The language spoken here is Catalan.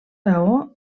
raó